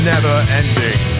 never-ending